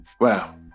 wow